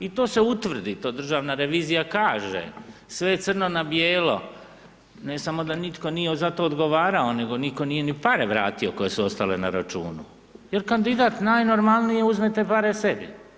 I to se utvrdi, to državna revizija kaže, sve crno na bijelo, ne samo da nitko nije za to odgovarao nego nitko nije ni pare vratio koje su ostale na računu jer kandidat najnormalnije uzme te pare sebi.